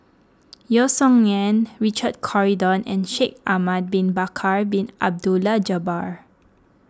Yeo Song Nian Richard Corridon and Shaikh Ahmad Bin Bakar Bin Abdullah Jabbar